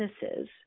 businesses